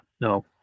no